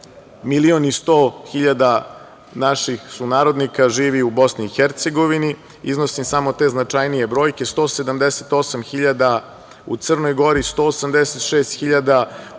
milion i sto hiljada naših sunarodnika živi u Bosni i Hercegovini, iznosim samo te značajnije brojke, 178 hiljada u Crnoj Gori, 186 hiljada